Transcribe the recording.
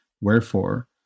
Wherefore